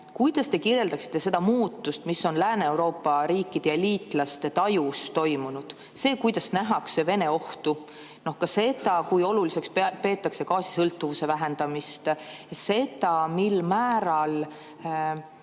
Kuidas te kirjeldaksite seda muutust, mis on Lääne-Euroopa riikide ja liitlaste tajus toimunud: seda, kuidas nähakse Vene ohtu, ka seda, kui oluliseks peetakse gaasisõltuvuse vähendamist, seda, mil määral